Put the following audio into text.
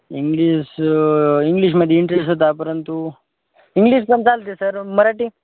English इंग्लिशमध्ये interest होता परंतु इंग्लिशपण चालते सर मराठी